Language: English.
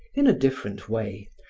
in a different way,